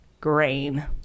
grain